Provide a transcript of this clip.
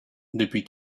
depuis